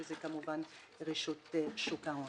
שזו כמובן רשות שוק ההון.